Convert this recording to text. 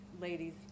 ladies